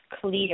clear